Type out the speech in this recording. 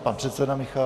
Pan předseda Michálek.